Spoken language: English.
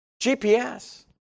GPS